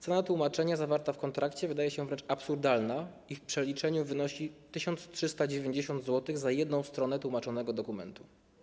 Cena tłumaczenia zawarta w kontrakcie wydaje się wręcz absurdalna i w przeliczeniu wynosi 1390 zł za jedną stronę tłumaczonego dokumentu.